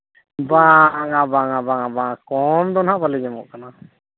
ᱵᱟᱝᱟ ᱵᱟᱝᱟ ᱵᱟᱝᱟ ᱵᱟᱝᱟ ᱠᱚᱢ ᱫᱚ ᱱᱟᱜ ᱵᱟᱹᱞᱤᱧ ᱮᱢᱚᱜ ᱠᱟᱱᱟ